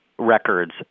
records